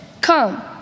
Come